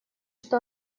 что